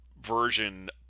version